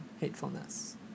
hatefulness